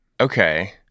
Okay